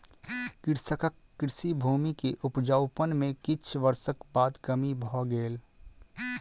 कृषकक कृषि भूमि के उपजाउपन में किछ वर्षक बाद कमी भ गेल